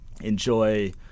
enjoy